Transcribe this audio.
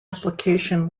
application